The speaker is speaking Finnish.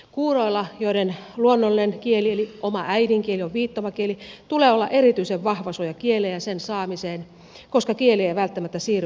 kuuroilla joiden luonnollinen kieli eli oma äidinkieli on viittomakieli tulee olla erityisen vahva suoja kieleen ja sen saamiseen koska kieli ei välttämättä siirry kasvuympäristössä luonnollisesti